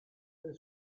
del